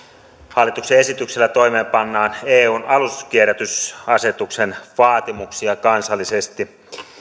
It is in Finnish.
hallituksen esityksellä toimeenpannaan eun aluskierrätysasetuksen vaatimuksia kansallisesti